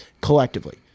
collectively